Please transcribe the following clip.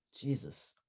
jesus